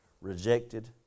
rejected